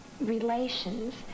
relations